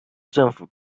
政府